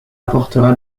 apportera